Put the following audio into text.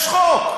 יש חוק.